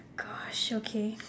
gosh okay